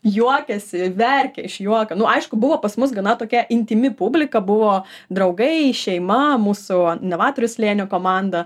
juokiasi verkia iš juoko nu aišku buvo pas mus gana tokia intymi publika buvo draugai šeima mūsų novatorius slėnio komanda